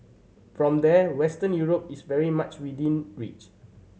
from there Western Europe is very much within reach